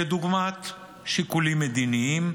כדוגמת שיקולים מדיניים,